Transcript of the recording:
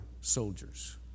soldiers